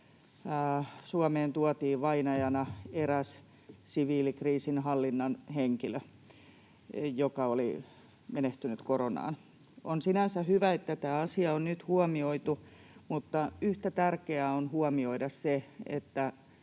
Suomeen tuotiin vainajana eräs siviilikriisinhallinnan henkilö, joka oli menehtynyt koronaan. On sinänsä hyvä, että tämä asia on nyt huomioitu, mutta yhtä tärkeää on huomioida se, että